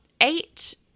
eight